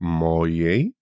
mojej